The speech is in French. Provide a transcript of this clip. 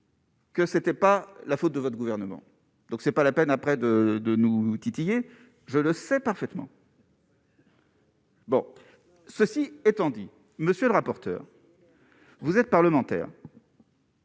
Que c'était pas la faute de votre gouvernement, donc c'est pas la peine après de de nous titiller, je le sais parfaitement. Bon, ceci étant dit, monsieur le rapporteur, vous êtes parlementaire.